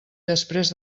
després